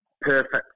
perfect